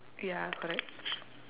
ya correct